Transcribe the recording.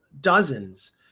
dozens